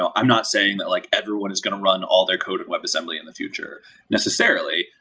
i'm not saying like everyone is going to run all their code in webassembly in the future necessarily.